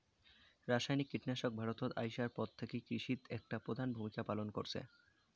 রাসায়নিক কীটনাশক ভারতত আইসার পর থাকি কৃষিত একটা প্রধান ভূমিকা পালন করসে